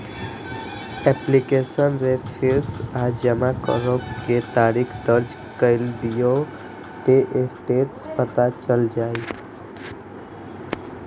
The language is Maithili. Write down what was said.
एप्लीकेशन रेफरेंस आ जमा करै के तारीख दर्ज कैर दियौ, ते स्टेटस पता चलि जाएत